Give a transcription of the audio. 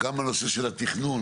גם בנושא של התכנון,